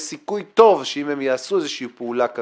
סיכוי טוב שאם הם יעשו פעולה טרוריסטית,